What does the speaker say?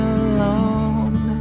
alone